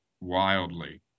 wildly